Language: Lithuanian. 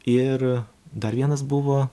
ir dar vienas buvo